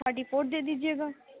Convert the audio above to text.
thirty four دے دیجیے گا